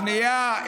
שנייה,